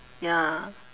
ya